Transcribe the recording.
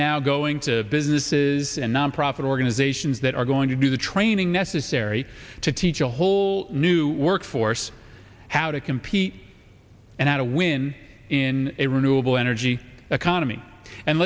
now going to businesses and nonprofit organizations that are going to do the training necessary to teach a whole new workforce how to compete and how to win in a renewable energy economy and